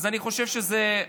אז אני חושב שא.